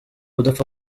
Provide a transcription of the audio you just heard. udapfa